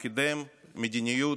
הוא קידם מדיניות